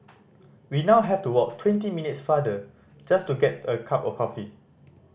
we now have to walk twenty minutes farther just to get a cup of coffee